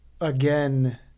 again